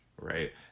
right